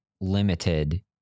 limited